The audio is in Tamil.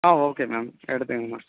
ஆ ஓகே மேம் எடுத்துக்கோங்க மேம்